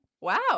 Wow